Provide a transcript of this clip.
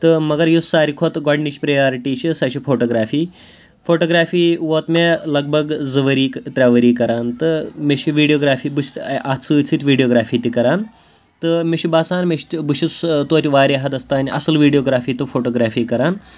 تہٕ مگر یُس ساروی کھۄتہٕ گۄڈنِچ پرٛیارٹی چھِ سۄ چھِ فوٹوگرٛافی فوٹوگرٛافی ووت مےٚ لگ بگ زٕ ؤری ترٛےٚ ؤری کَران تہٕ مےٚ چھِ ویٖڈیوگرٛافی بہٕ چھُس اَتھ سۭتۍ سۭتۍ ویٖڈیوگرٛافی تہِ کَران تہٕ مےٚ چھُ باسان مےٚ چھُ بہٕ چھُس تویتہِ واریاہ حَدَس تام اَصٕل ویٖڈیوگرٛافی تہٕ فوٹوگرٛافی کَران